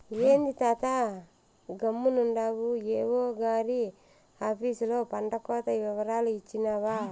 ఏంది తాతా గమ్మునుండావు ఏవో గారి ఆపీసులో పంటకోత ఇవరాలు ఇచ్చినావా